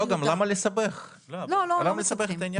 למה לסבך את העניינים?